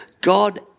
God